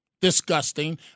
Disgusting